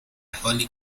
حالی